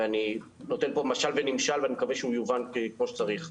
ואני נותן פה משל ונמשל ואני מקווה שהוא יובן כמו שצריך.